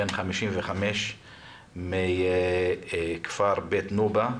בן 55 מכפר בית נובא,